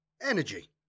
Energy